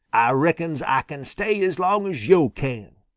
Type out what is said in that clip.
ah reckons ah can stay as long as yo' can,